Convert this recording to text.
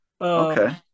Okay